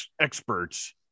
experts